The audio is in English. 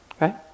Right